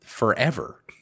Forever